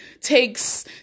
takes